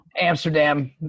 Amsterdam